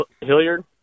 Hilliard